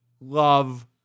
love